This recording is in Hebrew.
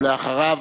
ואחריו,